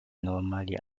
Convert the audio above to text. normally